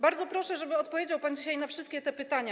Bardzo proszę, żeby odpowiedział pan dzisiaj na te wszystkie pytania.